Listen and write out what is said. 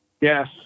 Yes